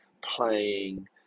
playing